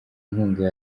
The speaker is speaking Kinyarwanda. nkunga